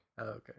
Okay